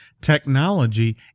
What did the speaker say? technology